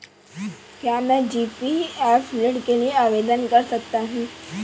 क्या मैं जी.पी.एफ ऋण के लिए आवेदन कर सकता हूँ?